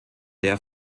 der